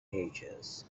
pages